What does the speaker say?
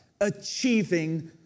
achieving